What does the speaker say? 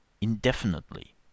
indefinitely